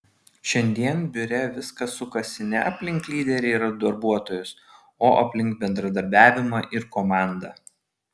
šiandien biure viskas sukasi ne aplink lyderį ir darbuotojus o aplink bendradarbiavimą ir komandą